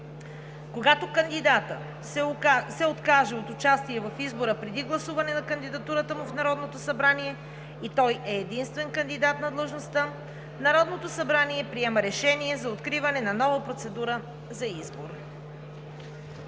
Когато кандидат се откаже от участие в избора преди гласуване на кандидатурата му от Народното събрание и той е единствен кандидат за длъжността, Народното събрание приема решение за откриване на нова процедура за избор.